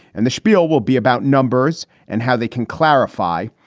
and the spiel will be about numbers and how they can clarify.